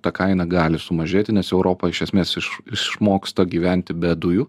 ta kaina gali sumažėti nes europa iš esmės iš išmoksta gyventi be dujų